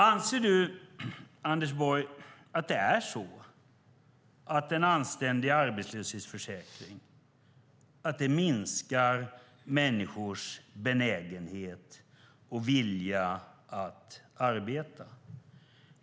Anser du, Anders Borg, att en anständig arbetslöshetsförsäkring minskar människors benägenhet och vilja att arbeta?